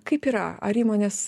kaip yra ar įmonės